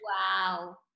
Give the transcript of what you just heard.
Wow